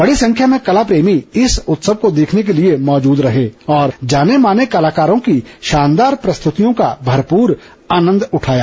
बड़ी संख्या में कला प्रेमी इस उत्सव को देखने के लिए मौजूद रहे और जाने माने कलाकारों की शानदार प्रस्तुतियों का भरपूर आनन्द उठाया